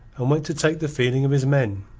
and went to take the feeling of his men.